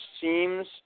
seems